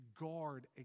guard